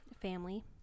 Family